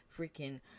freaking